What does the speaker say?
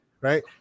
right